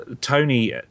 tony